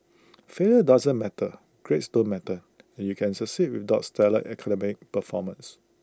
failure doesn't matter grades don't matter and you can succeed without stellar academic performance